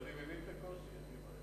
אני מבין את הקושי, אין לי בעיה.